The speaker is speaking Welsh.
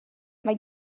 mae